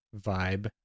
vibe